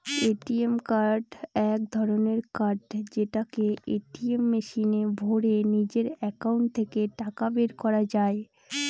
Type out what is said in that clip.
ATM card এক ধরনের card যেটাকে এটিএম মেশিনে ভোরে নিজের একাউন্ট থেকে টাকা বের করা যায়